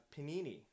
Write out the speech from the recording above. Panini